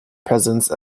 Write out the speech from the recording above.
presence